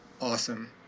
awesome